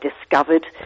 discovered